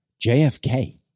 JFK